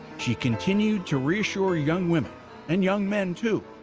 she continued to reassure young women and young men, too,